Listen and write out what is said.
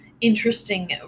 interesting